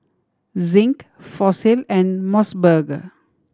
Zinc Fossil and Mos Burger